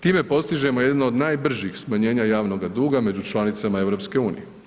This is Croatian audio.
Time postižemo jedno od najbržih smanjenja javnoga duga među članicama EU.